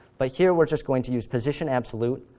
but here we're just going to use position absolute,